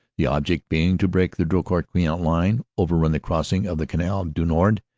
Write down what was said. the object being to break the drocourt-queant line, overrun the crossings of the canal du nord,